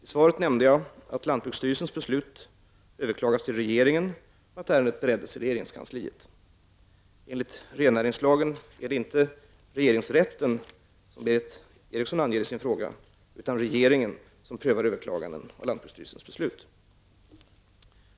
I svaret nämnde jag att lantbruksstyrelsens beslut överklagats till regeringen och att ärendet bereddes i regeringskansliet. Enligt rennäringslagen är det inte regeringsrätten, som Berith Eriksson anger i sin fråga, utan regeringen, som prövar överklaganden av lantbruksstyrelsens beslut.